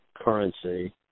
currency